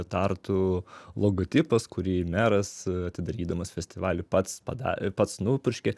tartu logotipas kurį meras atidarydamas festivalį pats pada pats nupurškė